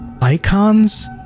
icons